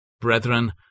Brethren